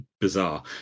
bizarre